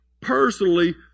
personally